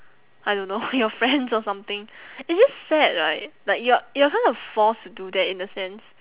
I don't know your friends or something it's just sad right like you are you are kind of forced to do that in a sense